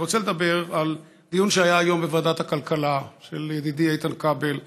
אני רוצה לדבר על דיון שהיה היום בוועדת הכלכלה של ידידי איתן כבל,